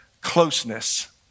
closeness